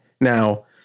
now